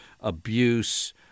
abuse